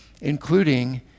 including